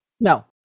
No